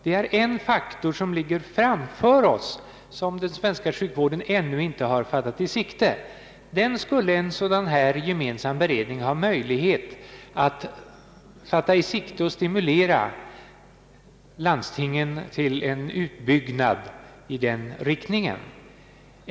Detta är en faktor som ligger framför oss och som den svenska sjukvården ännu inte har fattat i sikte. En sådan här gemensam beredning skulle ha möjlighet att stimulera landstingen till att göra en utbyggnad i den riktning som jag här har talat om.